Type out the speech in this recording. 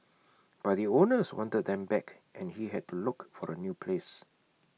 but the owners wanted them back and he had to look for A new place